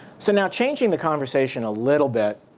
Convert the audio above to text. so now changing the conversation a little bit.